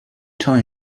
toy